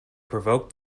provoked